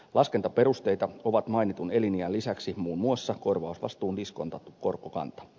laskentaperusteita ovat mainitun eliniän lisäksi muun muassa korvausvastuun diskontattu korkokanta